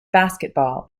basketball